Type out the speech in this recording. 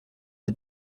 die